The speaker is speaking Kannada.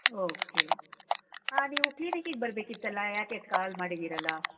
ಓಕೆ ಹಾಂ ನೀವು ಕ್ಲಿನಿಕಿಗೆ ಬರ್ಬೇಕಿತ್ತಲ್ಲ ಯಾಕೆ ಕಾಲ್ ಮಾಡಿದ್ದೀರಲ್ಲ